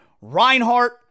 Reinhardt